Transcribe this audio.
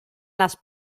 las